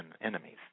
enemies